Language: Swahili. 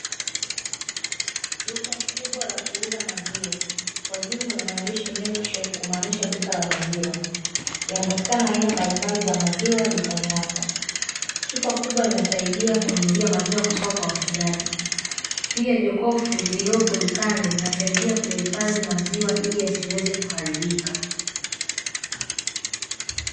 Duka kubwa la kuuza maziwa. Kwa juu kuna maandishi (Milk Shop) kumaanisha duka la maziwa. Yanapatikana aina mbalimbali za maziwa, dukani hapo. Chupa kubwa inasaidia kununulia maziwa kutoka kwa wafugaji. Pia jokofu lililopo dukani linasaidia kuyahifadhi maziwa ili yasiweze kuharibika.